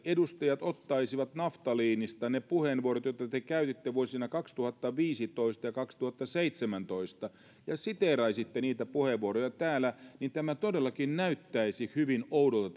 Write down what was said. edustajat ottaisivat naftaliinista ne puheenvuorot joita te käytitte vuosina kaksituhattaviisitoista ja kaksituhattaseitsemäntoista ja siteeraisitte niitä puheenvuoroja täällä niin tämä keskustelu todellakin näyttäisi hyvin oudolta